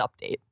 update